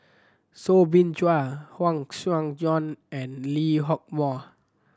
Soo Bin Chua Huang Joan and Lee Hock Moh